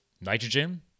nitrogen